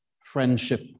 friendship